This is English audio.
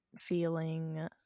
feeling